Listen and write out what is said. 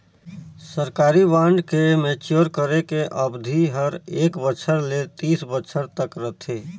सरकारी बांड के मैच्योर करे के अबधि हर एक बछर ले तीस बछर तक रथे